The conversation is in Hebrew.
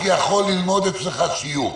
היצ'קוק יכול ללמוד אצלך שיעור.